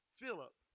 Philip